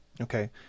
Okay